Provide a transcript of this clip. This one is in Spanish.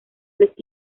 les